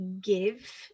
give